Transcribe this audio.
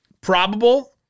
Probable